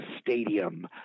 stadium